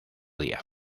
día